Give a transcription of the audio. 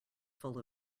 full